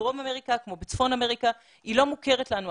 בדרום אמריקה כמו בצפון אמריקה היא לא מוכרת לנו,